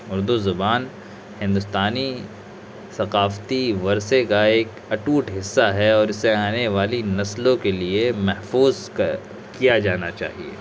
اردو زبان ہندوستانی ثقافتی ورثے کا ایک اٹوٹ حصہ ہے اور اسے آنے والی نسلوں کے لیے محفوظ کیا جانا چاہیے